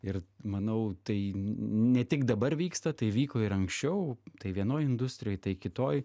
ir manau tai ne tik dabar vyksta tai vyko ir anksčiau tai vienoj industrijoj tai kitoj